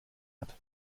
hat